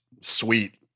Sweet